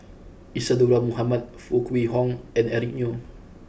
Isadhora Mohamed Foo Kwee Horng and Eric Neo